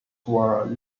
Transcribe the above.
were